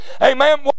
Amen